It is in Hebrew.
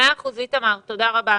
תודה איתמר.